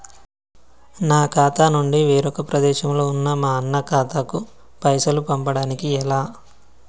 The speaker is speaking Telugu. నా ఖాతా నుంచి వేరొక ప్రదేశంలో ఉన్న మా అన్న ఖాతాకు పైసలు పంపడానికి ఎలా?